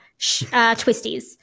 twisties